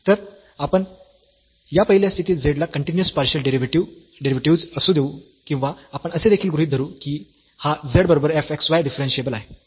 तर आपण या पहिल्या स्थितीत z ला कन्टीन्यूअस पार्शियल डेरिव्हेटिव्हस् असू देऊ किंवा आपण असे देखील गृहीत धरू की हा z बरोबर f x y डिफरन्शियेबल आहे